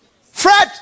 Fred